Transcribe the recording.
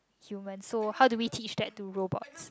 human so how do we teach that to robots